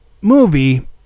movie